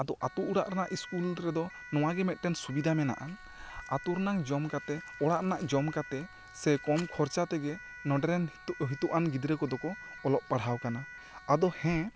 ᱟᱫᱚ ᱟᱛᱳ ᱚᱲᱟᱜ ᱨᱮᱱᱟᱜ ᱤᱥᱠᱩᱞ ᱨᱮᱫᱚ ᱱᱚᱣᱟ ᱜᱮ ᱢᱥᱫᱴᱟᱝ ᱥᱩᱵᱤᱫᱟ ᱢᱮᱱᱟᱜᱼᱟ ᱟᱛᱳ ᱨᱮᱱᱟᱜ ᱡᱚᱢ ᱠᱟᱛᱮ ᱚᱲᱟᱜ ᱨᱮᱱᱟᱜ ᱡᱚᱢ ᱠᱟᱛᱮ ᱥᱮ ᱠᱚᱢ ᱠᱷᱚᱨᱪᱟ ᱛᱮᱜᱮ ᱱᱚᱸᱰᱮ ᱨᱮᱱ ᱦᱤᱛᱩ ᱦᱤᱛᱩᱜ ᱟᱱ ᱜᱤᱫᱽᱨᱟᱹ ᱠᱚ ᱫᱚ ᱠᱚ ᱚᱞᱚᱜ ᱯᱟᱲᱦᱟᱣ ᱟᱠᱟᱱᱟ ᱟᱫᱚ ᱦᱮᱸ